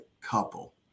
couple